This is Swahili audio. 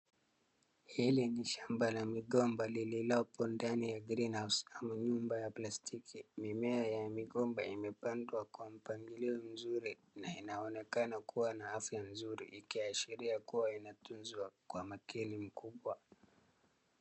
Hili ni shamba la migomba lililopo ndani ya green house ama nyumba ya plastiki. Mimea ya migomba imepandwa kwa mpangilio mzuri na inaonekana kuwa na afya nzuri ikiashiria kuwa inatunzwa kwa umakini mkubwa.